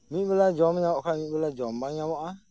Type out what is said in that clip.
ᱢᱤᱫ ᱵᱮᱲᱟ ᱡᱚᱢ ᱧᱟᱢᱚᱜ ᱠᱷᱟᱱ ᱢᱤᱫ ᱵᱮᱲᱟ ᱡᱚᱢ ᱵᱟᱝ ᱧᱟᱢᱚᱜᱼᱟ